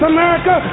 America